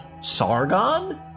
Sargon